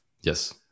Yes